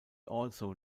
also